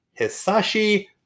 Hisashi